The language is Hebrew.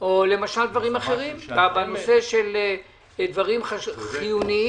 או למשל לדברים אחרים, דברים חיוניים